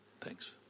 Thanks